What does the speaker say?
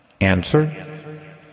Answer